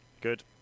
Good